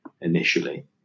initially